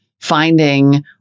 finding